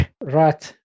Right